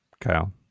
Kyle